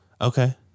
Okay